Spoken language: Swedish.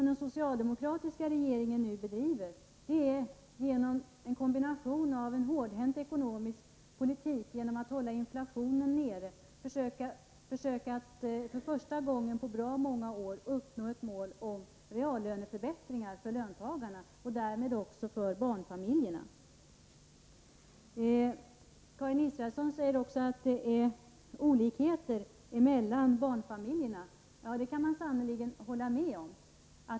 Den socialdemokratiska regeringen bedriver nu en politik som — i kombination med en hårdhänt ekonomisk politik där inflationen hålls nere — innebär att man försöker uppnå, för första gången på bra många år, målet om reallöneförbättringar för löntagarna, och därmed också för barnfamiljerna. Karin Israelsson säger att det är olikheter mellan barnfamiljerna. Ja, det kan man sannerligen hålla med om.